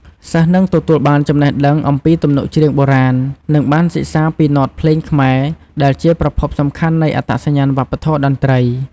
សិស្សនឹងទទួលបានចំណេះដឹងអំពីទំនុកច្រៀងបុរាណ និងបានសិក្សាពីណោតភ្លេងខ្មែរដែលជាប្រភពសំខាន់នៃអត្តសញ្ញាណវប្បធម៌តន្ត្រី។